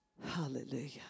Hallelujah